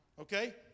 okay